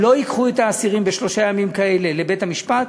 שלא ייקחו את האסירים בשלושה ימים כאלה לבית-המשפט.